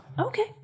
Okay